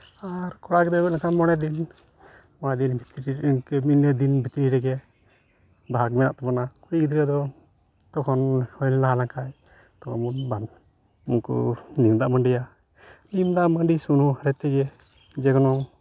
ᱟᱨ ᱠᱚᱲᱟ ᱜᱤᱫᱽᱨᱟᱹ ᱠᱚ ᱦᱩᱭ ᱞᱮᱱ ᱠᱷᱟᱱ ᱢᱚᱬᱮ ᱫᱤᱱ ᱚᱱᱟ ᱫᱤᱱ ᱵᱷᱤᱛᱤᱨ ᱤᱱᱟᱹ ᱫᱤᱱ ᱵᱷᱤᱛᱤᱨ ᱨᱮᱜᱮ ᱵᱷᱟᱜᱽ ᱢᱮᱱᱟᱜ ᱛᱟᱵᱚᱱᱟ ᱠᱩᱲᱤ ᱜᱤᱫᱽᱨᱟᱹ ᱫᱚ ᱛᱚᱠᱷᱚᱱ ᱦᱩᱭ ᱞᱟᱦᱟ ᱞᱮᱱᱠᱷᱟᱡ ᱛᱚᱠᱷᱚᱱ ᱩᱱᱠᱩ ᱠᱚ ᱱᱤᱢ ᱫᱟᱜ ᱢᱟᱹᱰᱤᱭᱟ ᱱᱤᱢ ᱫᱟᱜ ᱢᱟᱹᱰᱤ ᱥᱳᱞᱳ ᱟᱱᱟ ᱛᱮᱜᱮ ᱡᱮᱠᱳᱱᱳ